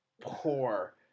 poor